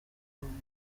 murongo